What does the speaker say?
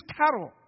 cattle